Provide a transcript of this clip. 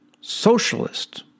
Socialist